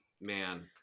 man